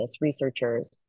researchers